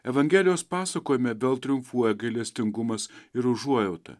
evangelijos pasakojime vėl triumfuoja gailestingumas ir užuojauta